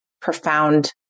profound